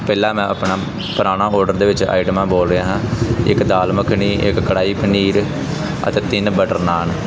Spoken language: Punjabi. ਪਹਿਲਾਂ ਮੈਂ ਆਪਣਾ ਪੁਰਾਣਾ ਔਰਡਰ ਦੇ ਵਿੱਚ ਆਈਟਮਾਂ ਬੋਲ ਰਿਹਾ ਹਾਂ ਇੱਕ ਦਾਲ ਮਖਣੀ ਇੱਕ ਕੜਾਹੀ ਪਨੀਰ ਅਤੇ ਤਿੰਨ ਬਟਰ ਨਾਨ੍ਹ